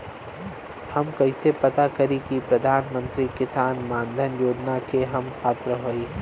हम कइसे पता करी कि प्रधान मंत्री किसान मानधन योजना के हम पात्र हई?